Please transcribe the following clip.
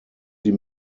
sie